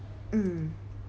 mm